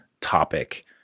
topic